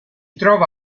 trova